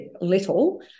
little